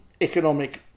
economic